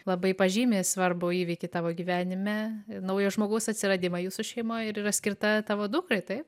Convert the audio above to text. labai pažymi svarbų įvykį tavo gyvenime naujo žmogaus atsiradimą jūsų šeimoj ir yra skirta tavo dukrai taip